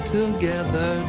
together